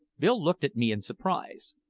bill looked at me in surprise,